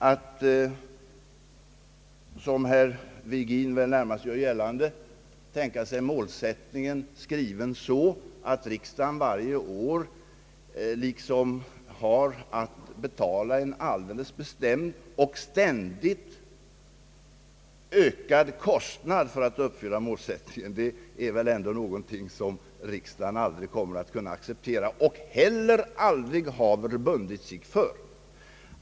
Att, som herr Virgin väl närmast gör gällande, tänka sig målsättningen skriven så att riksdagen varje år liksom har att betala en alldeles bestämd och ständigt ökad kostnad för att uppfylla målsättningen, är väl ändå någonting som riksdagen aldrig kommer att kunna acceptera och heller aldrig har bundit sig för.